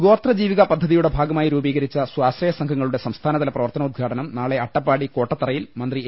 ഗോത്ര ജീവിക പദ്ധതിയുടെ ഭാഗമായി രൂപീകരിച്ച സ്വാശ്രയ സംഘങ്ങളുടെ സംസ്ഥാനതല പ്രവർത്താനോ ദ്ഘാടനം നാളെ അട്ടപ്പാടി കോട്ടത്തറയിൽ മന്ത്രി എ